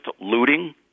looting